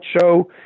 show